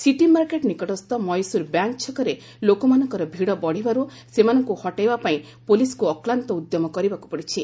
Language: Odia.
ସିଟି ମାର୍କେଟ୍ ନିକଟସ୍ଥ ମୟୂସୁର ବ୍ୟାଙ୍କ୍ ଛକରେ ଲୋକମାନଙ୍କର ଭିଡ଼ ବଢ଼ିବାରୁ ସେମାନଙ୍କୁ ହଟାଇବା ପାଇଁ ପୁଲିସ୍କୁ ଅକ୍ଲାନ୍ତ ଉଦ୍ୟମ କରିବାକୁ ପଡ଼ିଛି